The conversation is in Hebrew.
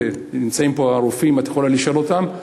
ונמצאים פה הרופאים ואת יכולה לשאול אותם.